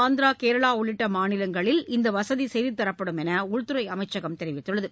ஆந்திரா கேரளா உள்ளிட்ட மாநிலங்களில் இந்த வசதி செய்து தரப்படும் என்று உள்துறை அமைச்சகம் தெரிவித்துள்ளது